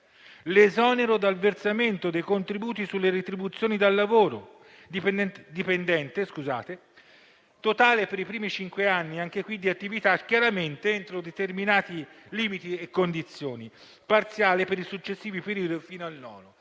l'esonero dal versamento dei contributi sulle retribuzioni da lavoro dipendente, totale per i primi cinque anni di attività, chiaramente entro determinati limiti e condizioni, e parziale per i successivi periodo fino al nono.